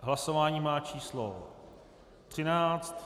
Hlasování má číslo 13.